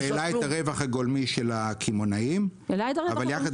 העלה את הרווח הגולמי של הקמעונאים אבל יחד